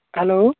hello